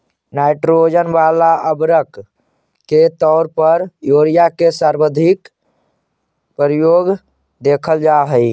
nitrogen वाला उर्वरक के तौर पर यूरिया के सर्वाधिक प्रयोग देखल जा हइ